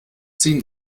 ziehen